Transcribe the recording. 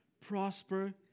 prosper